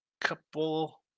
couple